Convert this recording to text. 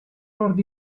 nord